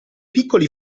piccoli